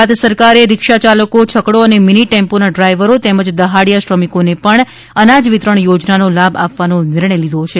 ગુજરાત સરકારે રિક્ષા ચાલકો છકડો અને મિનિ ટેમ્પોના ડ્રાઈવરો તેમજ દહાડીયા શ્રમિકોને પણ અનાજ વિતરણ યોજનાનો લાભ આપવાનો નિર્ણય લીધો છે